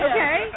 Okay